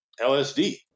LSD